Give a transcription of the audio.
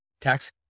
Tax